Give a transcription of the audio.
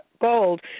gold